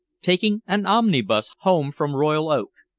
taking an omnibus home from royal oak.